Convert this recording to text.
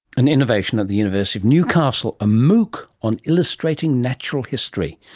an innovation at the university of newcastle, a mooc on illustrating natural history.